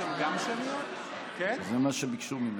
לא,